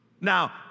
Now